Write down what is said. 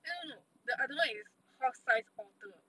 eh 没有没有 the other one is horse size otter